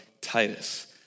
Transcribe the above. Titus